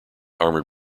armoured